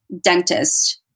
dentist